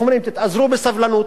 תתאזרו בסבלנות.